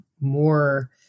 more